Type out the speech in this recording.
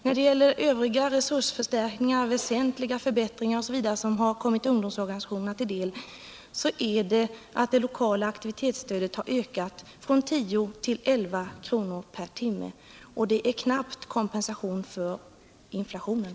När det gäller övriga resursförstärkningar och väsentliga förbättringar som kommit ungdomsorganisationerna till del kan sägas att det lokala aktivitetsstödet ökat från 10 till 11 kr. per timme, men detta är knappast kompensation ens för inflationen.